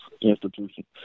institutions